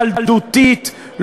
ילדותית,